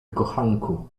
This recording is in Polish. kochanku